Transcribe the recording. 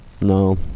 No